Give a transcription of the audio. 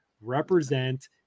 represent